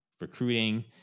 recruiting